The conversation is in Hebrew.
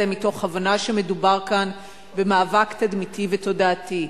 מתוך הבנה שמדובר כאן במאבק תדמיתי ותודעתי.